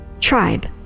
Tribe